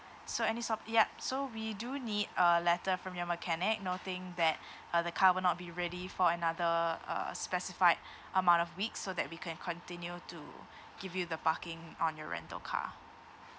so any sort yup so we do need a letter from your mechanic noting that uh the cover not be ready for another uh specified amount of week so that we can continue to give you the parking on your rental car